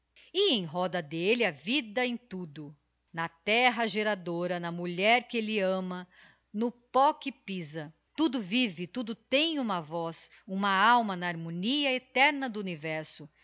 em roda d'elle a vida em tudo na terra gera dora na mulher que elle ama no pó que pisa tudo vive tudo tem uma voz uma alma na harmonia eterna do universo